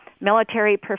military